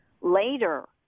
later